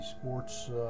sports